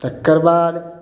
तकर बाद